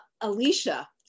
Alicia